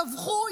טבחו,